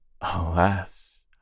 Alas